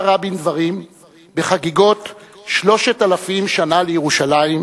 רבין דברים בחגיגות שלושת-אלפים השנה לירושלים,